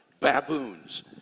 baboons